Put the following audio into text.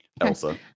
Elsa